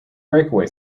breakaway